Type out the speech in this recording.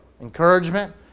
encouragement